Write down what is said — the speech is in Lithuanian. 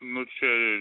nu čia